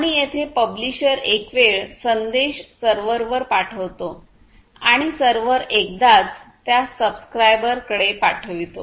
आणि येथे पब्लिशर एकवेळ संदेश सर्व्हरवर पाठवितो आणि सर्व्हर एकदाच त्यास सबस्क्रायबर कडे पाठवितो